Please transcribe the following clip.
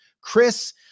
Chris